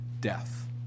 death